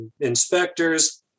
inspectors